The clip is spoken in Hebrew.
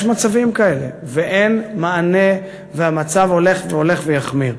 יש מצבים כאלה, ואין מענה, והמצב הולך ומחמיר.